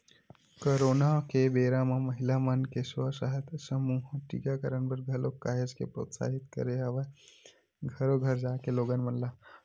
corona के बेरा म महिला मन के स्व सहायता समूह ह टीकाकरन बर घलोक काहेच के प्रोत्साहित करे हवय घरो घर जाके लोगन मन ल